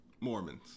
mormons